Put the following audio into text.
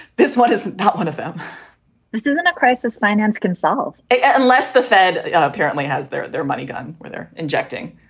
this one is not one of them this isn't a crisis finance can solve it unless the fed apparently has their their money gone, whether injecting